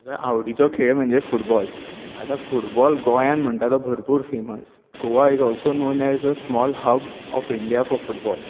म्हाजो आवडीचो खेळ म्हणजे फुटबॉल आतां फुटबॉल गोंयांत म्हणटा तो भरपूर famous Goa is also known as a small hub of India for football